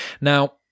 now